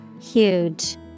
Huge